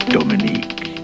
Dominique